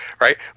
right